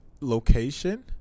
location